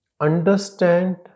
Understand